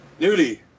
Nudie